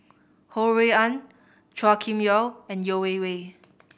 Ho Rui An Chua Kim Yeow and Yeo Wei Wei